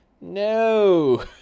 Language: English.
No